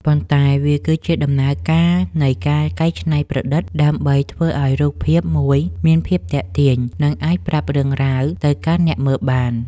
ប៉ុន្តែវាគឺជាដំណើរការនៃការច្នៃប្រឌិតដើម្បីធ្វើឱ្យរូបភាពមួយមានភាពទាក់ទាញ និងអាចប្រាប់រឿងរ៉ាវទៅកាន់អ្នកមើលបាន។